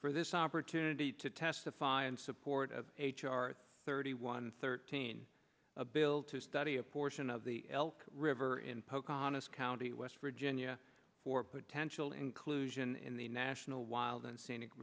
for this opportunity to testify in support of h r thirty one thirteen a bill to study a portion of the elk river in pocahontas county west virginia for potential inclusion in the national wild and scenic